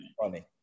funny